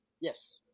Yes